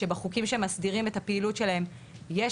שבחוקים שמסדירים את הפעילות שלהם יש